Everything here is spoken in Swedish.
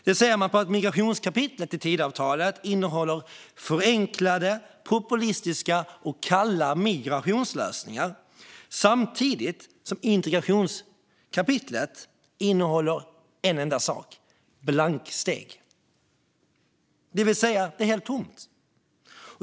Det ser man på att migrationskapitlet i avtalet innehåller förenklade, populistiska och kalla migrationslösningar samtidigt som integrationskapitlet innehåller en enda sak: blanksteg. Det är helt tomt.